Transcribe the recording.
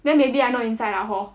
then maybe I not inside ah hor